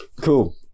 Cool